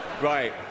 Right